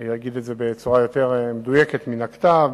אני אגיד את זה בצורה יותר מדויקת מן הכתב: